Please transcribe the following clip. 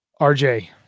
RJ